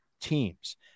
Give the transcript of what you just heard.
teams